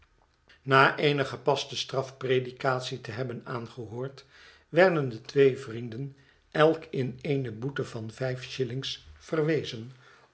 na eene gepaste strafpredikatie te hebben aangehoord werden de twee vrienden elk in eene boete van vijf shillings verwezen